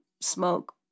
smoke